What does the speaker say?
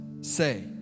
say